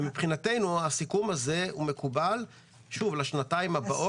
מבחינתנו הסיכום הזה מקובל לשנתיים הבאות.